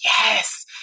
Yes